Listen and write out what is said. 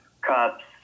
cups